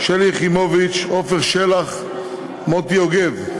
שלי יחימוביץ, עפר שלח ומוטי יוגב,